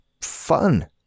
fun